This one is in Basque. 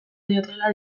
diotela